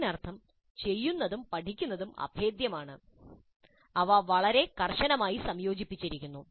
അതിനർത്ഥം ചെയ്യുന്നതും പഠിക്കുന്നതും അഭേദ്യമാണ് അവ വളരെ കർശനമായി സംയോജിപ്പിച്ചിരിക്കുന്നു